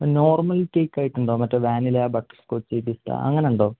normal കെയ്ക്കായിട്ടുണ്ടോ മറ്റേ vanilla butterscotch പിസ്ത അങ്ങനെയുണ്ടോ